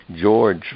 George